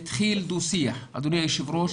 התחיל דו שיח אדוני היו"ר,